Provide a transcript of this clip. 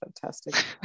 fantastic